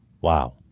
wow